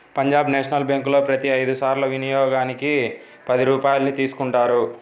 Punjab national బ్యేంకులో ప్రతి ఐదు సార్ల వినియోగానికి పది రూపాయల్ని తీసుకుంటారు